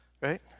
Right